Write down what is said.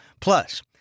Plus